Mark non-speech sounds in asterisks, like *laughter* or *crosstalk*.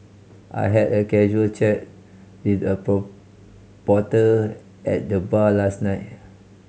I had a casual chat with a *unintelligible* porter at the bar last night